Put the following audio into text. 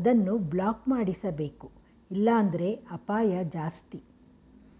ಅದನ್ನು ಬ್ಲಾಕ್ ಮಾಡಿಸಬೇಕು ಇಲ್ಲಾಂದ್ರೆ ಅಪಾಯ ಜಾಸ್ತಿ